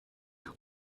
what